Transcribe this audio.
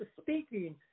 speaking